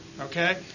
okay